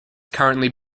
currently